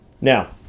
Now